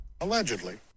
Allegedly